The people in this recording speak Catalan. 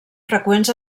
freqüents